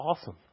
awesome